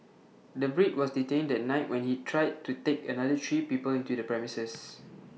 the Brit was detained that night when he tried to take another three people into the premises